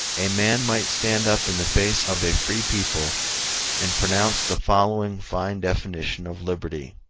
a man might stand up in the face of a free people and pronounce the following fine definition of liberty.